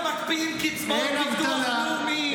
בשביל זה אתם מקפיאים קצבאות ביטוח לאומי.